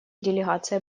делегация